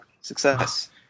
Success